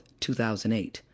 2008